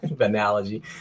analogy